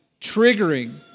triggering